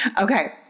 Okay